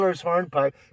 Hornpipe